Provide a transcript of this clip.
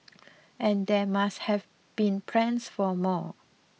and there must have been plans for more